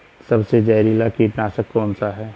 सबसे जहरीला कीटनाशक कौन सा है?